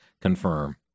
confirm